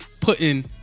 putting